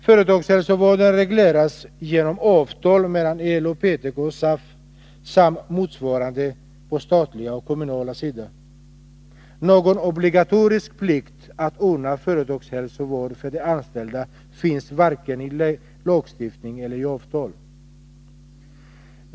Företagshälsovården regleras genom avtal mellan LO, PTK och SAF samt motsvarande parter på den statliga och kommunala sidan. Någon obligatorisk plikt att ordna företagshälsovård för de anställda finns varken i lagstiftning eller i avtal.